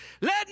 let